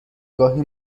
گاهی